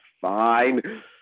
Fine